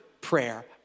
prayer